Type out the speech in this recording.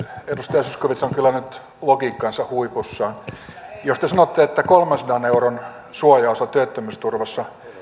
edustaja zyskowicz on kyllä nyt logiikkansa huipussa jos te sanotte että kolmensadan euron suojaosa työttömyysturvassa